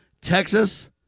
Texas